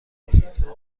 بریستول